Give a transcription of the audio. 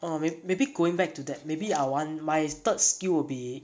oh ma~ maybe going back to that maybe I want my third skill will be